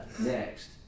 Next